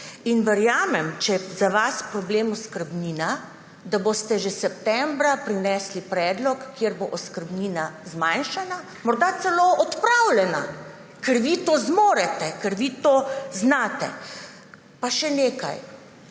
Verjamem, če je za vas problem oskrbnina, da boste že septembra prinesli predlog, kjer bo oskrbnina zmanjšana, morda celo odpravljena, ker vi to zmorete, ker vi to znate. Pa še nekaj.